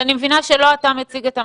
אני מבינה שלא אתה מציג את המצגת.